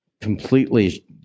completely